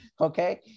Okay